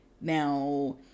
Now